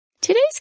Today's